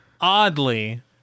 Oddly